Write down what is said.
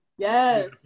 Yes